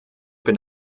bin